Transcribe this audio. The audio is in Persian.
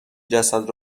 جسد